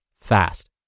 fast